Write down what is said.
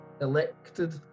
elected